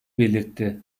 belirtti